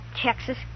Texas